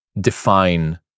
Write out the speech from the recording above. define